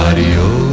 Adios